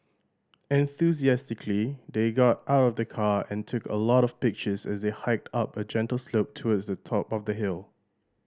enthusiastically they got out of the car and took a lot of pictures as they hiked up a gentle slope towards the top of the hill